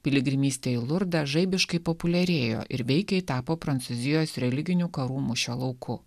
piligrimystėje į lurdą žaibiškai populiarėjo ir veikiai tapo prancūzijos religinių karų mūšio lauku